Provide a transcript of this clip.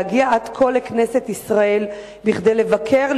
להגיע עד כה לכנסת ישראל בכדי לבקר,